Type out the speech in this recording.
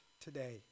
today